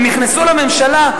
הם נכנסו לממשלה,